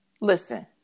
Listen